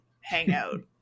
hangout